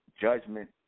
Judgment